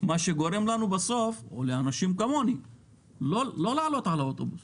מה שגורם בסוף לאנשים כמוני לא לעלות על אוטובוס